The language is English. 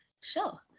Sure